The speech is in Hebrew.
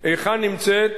היכן נמצאת